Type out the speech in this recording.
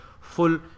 full